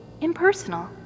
impersonal